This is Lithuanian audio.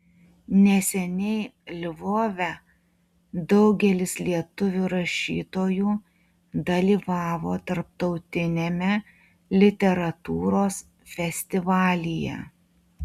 neseniai lvove daugelis lietuvių rašytojų dalyvavo tarptautiniame literatūros festivalyje